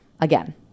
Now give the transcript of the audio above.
again